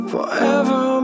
Forever